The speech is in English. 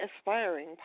aspiring